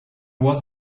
was